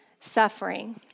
suffering